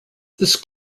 this